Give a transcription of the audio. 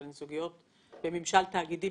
הן סוגיות בממשל תאגידי,